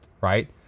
right